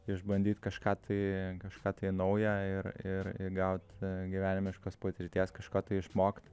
išbandyt kažką tai kažką tai nauja ir ir įgaut gyvenimiškos patirties kažko tai išmokt